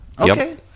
okay